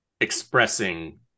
expressing